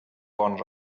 bons